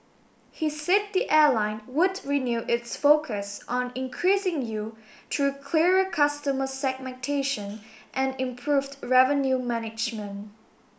he said the airline would renew its focus on increasing yield through clearer customer segmentation and improved revenue management